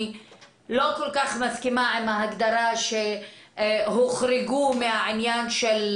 אני לא כל כך מסכימה עם ההגדרה שהוחרגו מהעניין של